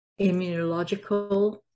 immunological